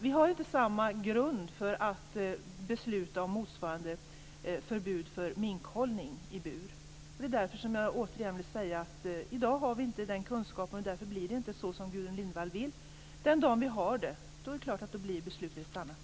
Vi har inte samma grund för ett beslut om motsvarande förbud för minkhållning i bur. Jag vill återigen säga att vi i dag inte har den kunskapen, och därför blir det inte så som Gudrun Lindvall vill ha det. Den dagen vi har den kunskapen, då är det klart att beslutet blir ett annat.